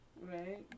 Right